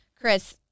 Chris